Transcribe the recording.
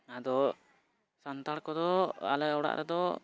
ᱟᱫᱚ ᱥᱟᱱᱛᱟᱲ ᱠᱚᱫᱚ ᱟᱞᱮ ᱚᱲᱟᱜ ᱨᱮᱫᱚ